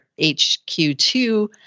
HQ2